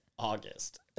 august